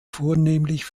vornehmlich